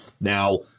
now